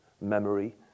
memory